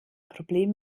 problem